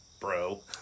bro